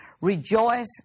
rejoice